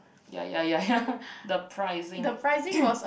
ya ya ya ya the pricing